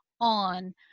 on